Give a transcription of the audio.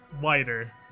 wider